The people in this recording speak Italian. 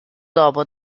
dopo